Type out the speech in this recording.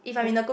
okay